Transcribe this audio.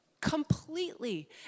completely